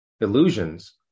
illusions